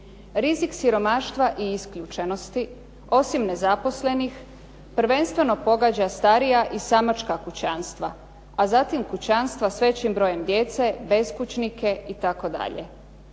Rizik siromaštva i isključenosti osim nezaposlenih prvenstveno pogađa starija i samačka kućanstva, a zatim kućanstva s većim brojem djece, beskućnike itd.